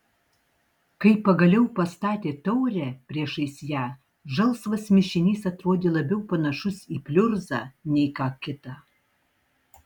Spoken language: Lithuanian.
kai pagaliau pastatė taurę priešais ją žalsvas mišinys atrodė labiau panašus į pliurzą nei ką kitą